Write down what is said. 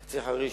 קציר-חריש,